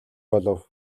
болов